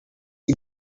see